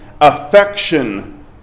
affection